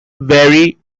vary